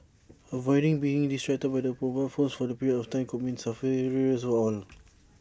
avoiding being distracted by their mobile phones for that period of time could mean safer roads for all